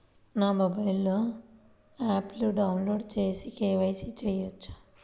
నా మొబైల్లో ఆప్ను డౌన్లోడ్ చేసి కే.వై.సి చేయచ్చా?